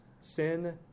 sin